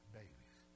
babies